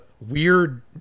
weird